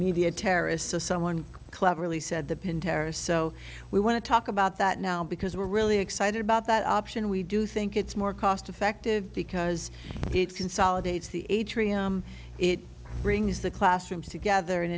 media terrorist so someone cleverly said the pin terror so we want to talk about that now because we're really excited about that option we do think it's more cost effective because it consolidates the atrium it brings the classrooms together and